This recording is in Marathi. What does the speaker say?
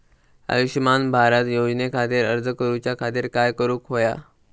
आयुष्यमान भारत योजने खातिर अर्ज करूच्या खातिर काय करुक होया?